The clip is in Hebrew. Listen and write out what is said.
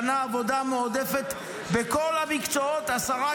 שנה עבודה מועדפת בכל המקצועות עשרה